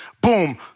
boom